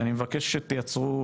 אני מבקש שתייצרו